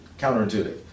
counterintuitive